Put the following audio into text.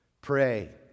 pray